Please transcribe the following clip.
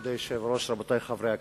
כבוד היושב-ראש, רבותי חברי הכנסת,